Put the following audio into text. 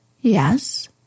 Yes